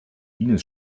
ines